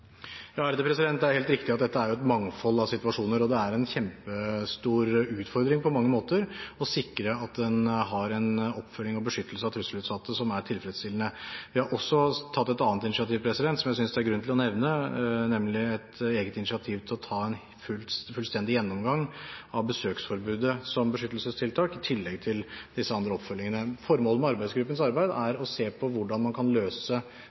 er helt riktig at det er et mangfold av situasjoner, og det er en kjempestor utfordring på mange måter å sikre at en har en oppfølging og beskyttelse av trusselutsatte som er tilfredsstillende. Vi har også tatt et annet initiativ som jeg synes det er grunn til å nevne, nemlig et eget initiativ til å ta en fullstendig gjennomgang av besøksforbudet som beskyttelsestiltak, i tillegg til disse andre oppfølgingene. Formålet med arbeidsgruppens arbeid er å se på hvordan man kan løse dette på en mer samlende og lik måte lokalt, og det